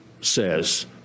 says